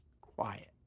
quiet